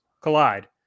collide